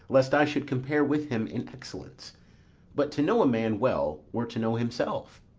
lest i should compare with him in excellence but to know a man well were to know himself.